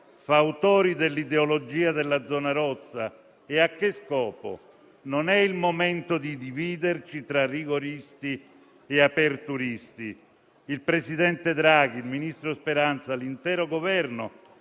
fautori dell'ideologia della zona rossa? E a che scopo? Non è il momento di dividerci tra rigoristi e aperturisti. Il presidente Draghi, il ministro Speranza, l'intero Governo